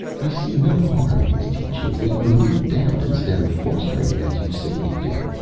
i see no harm in his teachings. they remove doubt, instead of fostering it as you say they do.